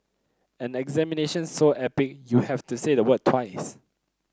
an examination so epic you have to say the word twice